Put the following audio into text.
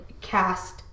Cast